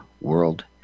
world